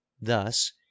Thus